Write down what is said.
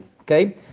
okay